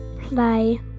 Play